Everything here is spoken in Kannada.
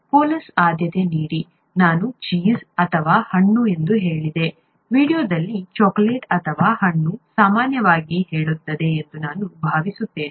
ಕೋಲಾಸ್ ಆದ್ಯತೆ ನೀಡಿ ನಾನು ಚೀಸ್ ಅಥವಾ ಹಣ್ಣು ಎಂದು ಹೇಳಿದೆ ವೀಡಿಯೊದಲ್ಲಿ ಚಾಕೊಲೇಟ್ ಅಥವಾ ಹಣ್ಣು ಸಾಮಾನ್ಯವಾಗಿ ಹೇಳುತ್ತದೆ ಎಂದು ನಾನು ಭಾವಿಸುತ್ತೇನೆ